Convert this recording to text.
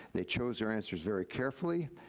they chose their answers very carefully,